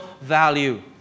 value